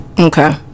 okay